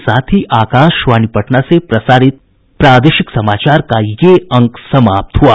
इसके साथ ही आकाशवाणी पटना से प्रसारित प्रादेशिक समाचार का ये अंक समाप्त हुआ